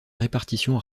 répartition